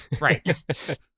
Right